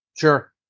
Sure